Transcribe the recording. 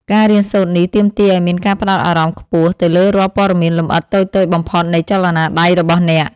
ការរៀនសូត្រនេះទាមទារឱ្យមានការផ្ដោតអារម្មណ៍ខ្ពស់ទៅលើរាល់ព័ត៌មានលម្អិតតូចៗបំផុតនៃចលនាដៃរបស់អ្នក។